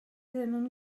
ddim